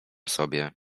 sobie